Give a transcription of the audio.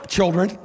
Children